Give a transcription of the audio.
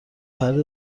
فرد